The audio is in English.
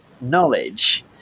knowledge